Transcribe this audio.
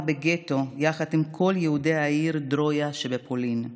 בגטו יחד עם כל יהודי העיר דרויה שבפולין.